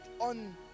on